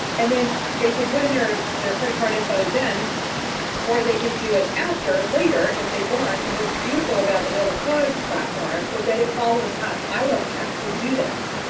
and then they could put in their their credit card info then or they can do it after later if they want. what's beautiful about the mobilecause platform is that it follows up i don't have to do that.